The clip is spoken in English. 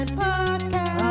podcast